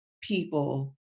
people